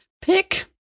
pick